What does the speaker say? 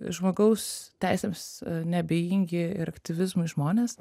žmogaus teisėms neabejingi ir aktyvizmui žmonės